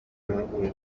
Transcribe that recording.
currently